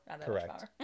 Correct